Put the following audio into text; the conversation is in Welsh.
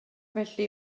felly